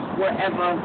wherever